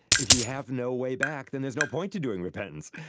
if you have no way back, then there's no point to doing repentance.